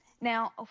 Now